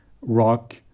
rock